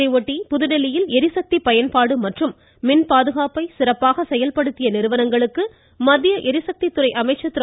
இதையொட்டி புதுதில்லியில் எரிசக்தி பயன்பாடு மற்றும் மின் பாதுகாப்பை சிறப்பாக செயல்படுத்திய நிறுவனங்களுக்கு மத்திய எரிசக்தித்துறை அமைச்சர் திரு